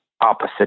opposite